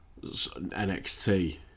NXT